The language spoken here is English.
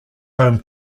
home